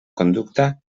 conducta